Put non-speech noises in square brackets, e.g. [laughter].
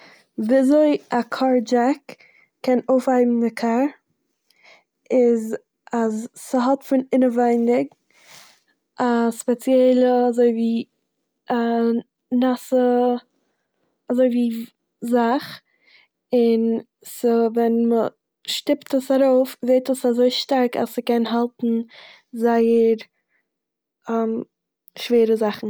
וויזוי א קאר דזשעק קען אויפהייבן די קאר איז אז ס'האט פון אינעווייניג א ספעציעלע אזויווי א נאסע אזויווי זאך און ס'- ווען מ'שטיפט עס ארויף ווערט עס אזוי שטארק אז ס'קען האלטן זייער [hesitation] שווערע זאכן.